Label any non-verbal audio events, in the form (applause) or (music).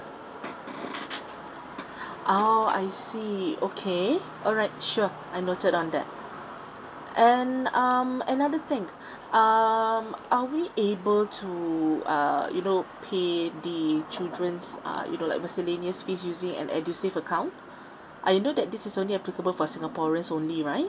(noise) (breath) oo I see okay alright sure I've noted on that and um another thing (breath) um are we able to err you know pay the childrens' uh you know like miscellaneous fees using an edusave account (breath) I know that this is only applicable for singaporeans only right